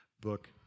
book